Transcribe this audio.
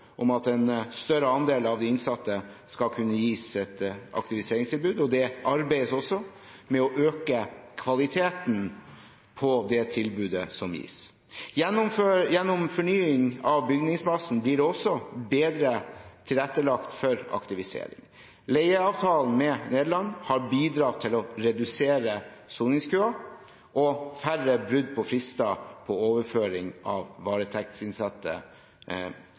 om at en større andel av de innsatte skal kunne gis et aktiviseringstilbud, og det arbeides også med å øke kvaliteten på det tilbudet som gis. Gjennom fornying av bygningsmassen blir det også bedre tilrettelagt for aktivisering. Leieavtalen med Nederland har bidratt til å redusere soningskøen og til færre brudd på frister for overføring av varetektsinnsatte